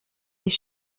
des